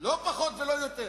לא פחות ולא יותר: